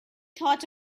thought